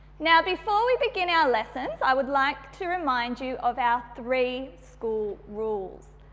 now, before we begin our lessons i would like to remind you of our three school rules.